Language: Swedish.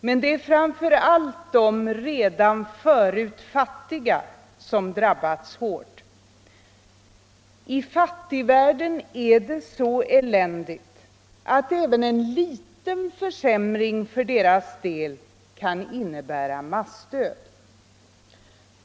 Men det är framför allt de redan förut fattiga som drabbats hårt. I fattigvärlden är det så eländigt att även en liten försämring för dess del kan innebära massdöd.